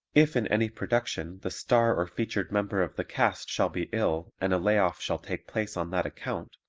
if in any production the star or featured member of the cast shall be ill and a lay-off shall take place on that account,